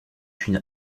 une